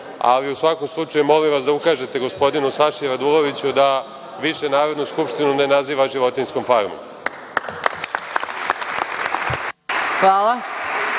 ali u svakom slučaju molim vas da ukažete gospodinu Saši Raduloviću da više Narodnu skupštinu ne naziva životinjskom farmom. **Maja